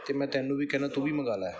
ਅਤੇ ਮੈਂ ਤੈਨੂੰ ਵੀ ਕਹਿੰਦਾ ਤੂੰ ਵੀ ਮੰਗਵਾ ਲੈ